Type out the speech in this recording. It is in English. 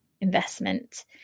investment